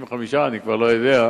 או 55, אני כבר לא יודע,